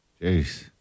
Jeez